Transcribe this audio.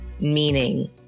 meaning